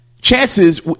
chances